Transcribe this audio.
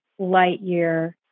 Lightyear